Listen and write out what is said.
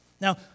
Now